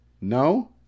No